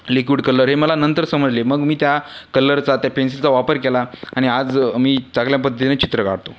liquid colour हे मला नंतर समजले मग मी त्या कलरचा त्या पेन्सिलचा वापर केला आणि आज मी चांगल्या पद्धतीने चित्र काढतो